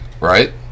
right